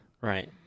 Right